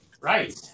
Right